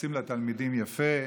שמתייחסים לתלמידים יפה,